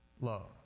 love